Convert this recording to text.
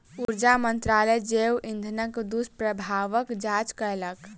ऊर्जा मंत्रालय जैव इंधनक दुष्प्रभावक जांच केलक